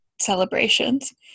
celebrations